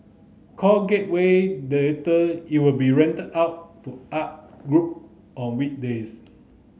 called Gateway Theatre it will be rented out to art group on weekdays